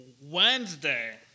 wednesday